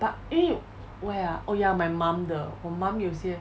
but 因为 oh ya oh ya my mum 的我 mum 有些